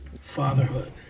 Fatherhood